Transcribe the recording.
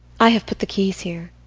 i have put the keys here.